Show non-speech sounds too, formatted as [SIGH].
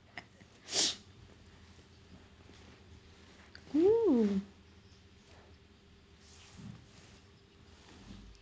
[NOISE] !woo!